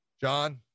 John